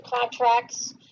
contracts